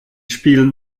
spielen